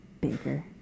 Baker